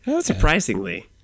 surprisingly